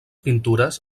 pintures